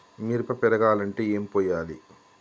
మిరప పెరగాలంటే ఏం పోయాలి?